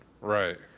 Right